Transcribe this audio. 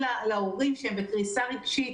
להורים כאשר הם בקריסה רגשית